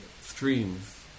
streams